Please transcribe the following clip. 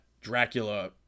Dracula